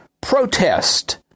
protest